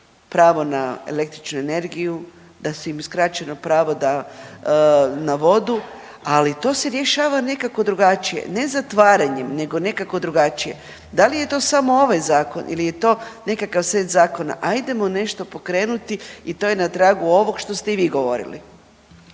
pravo na električnu energiju, da su im uskraćeno pravo da, na vodu, ali to se rješava nekako drugačije, ne zatvaranjem nego nekako drugačije. Da li je to samo ovaj zakon ili je to nekakav set zakona, ajdemo nešto pokrenuti i to je na tragu ovog što ste i vi govorili.